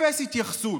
אפס התייחסות.